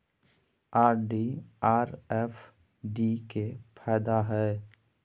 RD or FD के की फायदा हय?